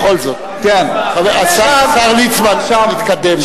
בכל זאת, השר ליצמן, להתקדם.